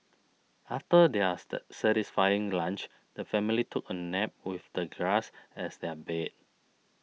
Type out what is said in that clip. after they are sat satisfying lunch the family took a nap with the grass as their bed